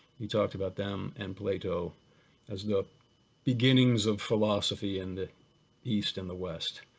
he talked about them and plato as the beginnings of philosophy in the east and the west.